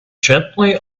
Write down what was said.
gently